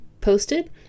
posted